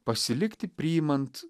pasilikti priimant